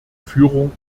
führung